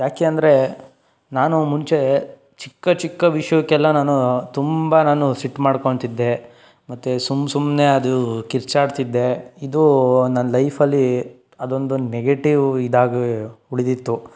ಯಾಕೆಂದರೆ ನಾನು ಮುಂಚೆ ಚಿಕ್ಕ ಚಿಕ್ಕ ವಿಷಯಕ್ಕೆಲ್ಲ ನಾನು ತುಂಬ ನಾನು ಸಿಟ್ಟು ಮಾಡ್ಕೊತಿದ್ದೆ ಮತ್ತು ಸುಮ್ಮ ಸುಮ್ಮನೆ ಅದು ಕಿರುಚಾಡ್ತಿದ್ದೆ ಇದು ನನ್ನ ಲೈಫಲ್ಲಿ ಅದೊಂದು ನೆಗೆಟಿವ್ ಇದಾಗಿ ಉಳಿದಿತ್ತು